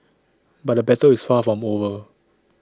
but the battle is far from over